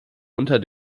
unter